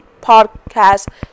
podcast